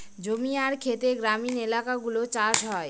জমি আর খেতে গ্রামীণ এলাকাগুলো চাষ হয়